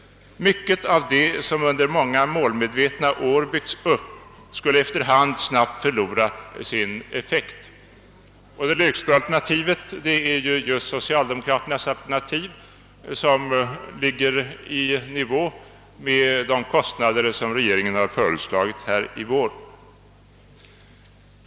Mycket av det som under många målmedvetna år byggts upp skulle efter hand snabbt förlora sin effekt.» Det lägsta alternativet är just socialdemokraternas. Det ligger i nivå med de kostnader som regeringen föreslagit i vår.